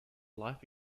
life